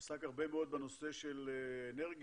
עסק הרבה מאוד בנושא של אנרגיות,